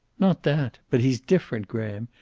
not that. but he's different. graham,